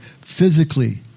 physically